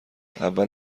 اول